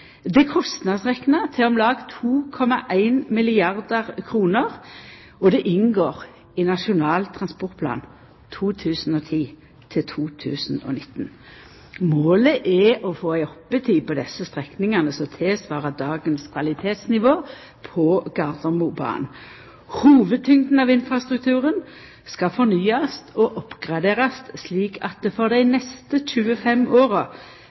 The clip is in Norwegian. er kostnadsrekna til om lag 2,1 milliardar kr, og det inngår i Nasjonal transportplan 2010–2019. Målet er å få ei oppetid på desse strekningane som tilsvarar dagens kvalitetsnivå på Gardermobanen. Hovudtyngda av infrastrukturen skal fornyast og oppgraderast slik at det for dei neste 25 åra